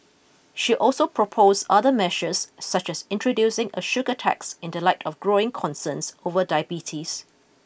she also proposed other measures such as introducing a sugar tax in the light of growing concerns over diabetes